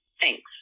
Thanks